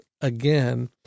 again